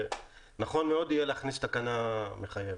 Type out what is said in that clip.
ונכון מאוד יהיה להכניס תקנה מחייבת.